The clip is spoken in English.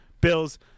Bills